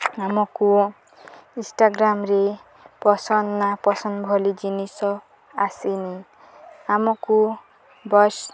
ଆମକୁ ଇନ୍ଷ୍ଟାଗ୍ରାମ୍ରେ ପସନ୍ଦ ନା ପସନ୍ଦ ଭଲି ଜିନିଷ ଆସିନି ଆମକୁ ବାସ୍